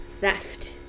theft